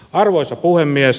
arvoisa puhemies